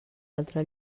altra